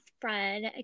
friend